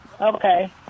Okay